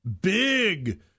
big